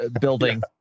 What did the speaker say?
building